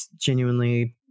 genuinely